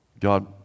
God